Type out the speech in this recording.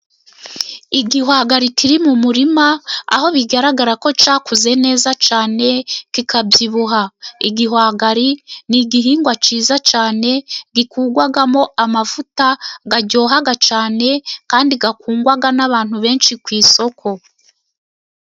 Igihwagari kiri mu murima, aho bigaragara ko cyakuze neza cyane kikabyibuha. Igihwagari ni igihingwa cyiza cyane gikurwamo amavuta aryoha cyane, kandi akundwa n'abantu benshi ku isoko.